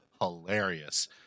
hilarious